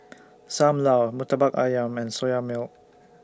SAM Lau Murtabak Ayam and Soya Milk